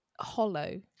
hollow